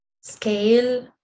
scale